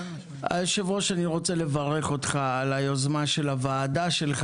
היו"ר אני רוצה לברך אותך על היוזמה של הועדה שלך